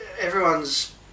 everyone's